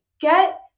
get